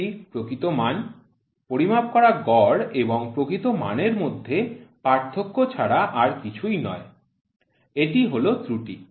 এটি প্রকৃত মান পরিমাপ করা গড় এবং প্রকৃত মানের মধ্যে পার্থক্য ছাড়া আর কিছুই নয় এটি হল ত্রুটি